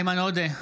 איימן עודה,